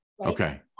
Okay